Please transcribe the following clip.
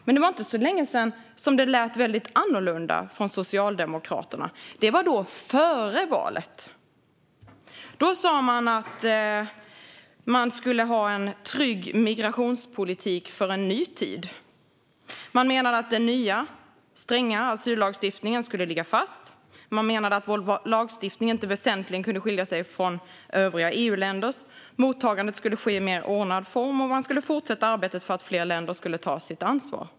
Det var inte så länge sedan som det lät väldigt annorlunda från Socialdemokraterna. Det var före valet. Då sa man att man skulle ha en trygg migrationspolitik för en ny tid. Man menade att den nya, strängare asyllagstiftningen skulle ligga fast. Man menade att vår lagstiftning inte väsentligen kunde skilja sig från övriga EU-länders. Mottagandet skulle ske i en mer ordnad form, och man skulle fortsätta arbetet för att fler länder skulle ta sitt ansvar.